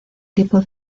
tipo